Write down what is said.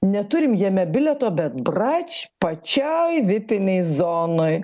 neturim jame bilieto bet brač pačiai vipinėj zonoj